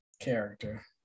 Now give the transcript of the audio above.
character